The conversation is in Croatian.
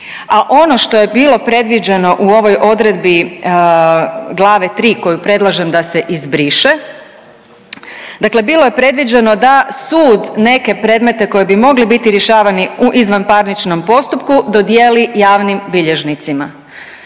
a ono što je bilo predviđeno u ovoj odredbi glave 3 koju predlažem da se izbriše, dakle bilo je predviđeno da sud neke predmete koji bi mogli biti rješavani u izvanparničnom postupku dodijeli javnim bilježnicima,